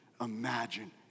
imagine